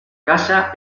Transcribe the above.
casa